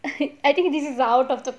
I I think this is out of the question